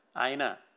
Aina